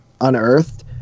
Unearthed